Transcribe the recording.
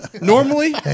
Normally